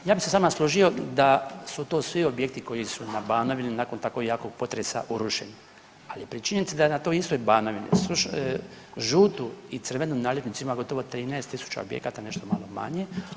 Ja bi se s vama složio da su to svi objekti koji su na Banovini nakon tako jakog potresa urušeni, ali pri činjenici da je na toj istoj Banovini žutu i crvenu naljepnicu ima gotovo 13.000 objekata, nešto malo manje.